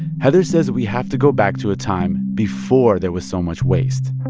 heather says we have to go back to a time before there was so much waste